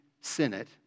Senate